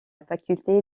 faculté